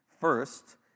First